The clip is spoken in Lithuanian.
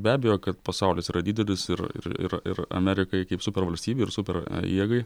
be abejo kad pasaulis yra didelis ir ir ir ir amerikai kaip supervalstybei ir superjėgai